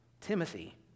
Timothy